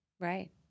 Right